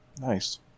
Nice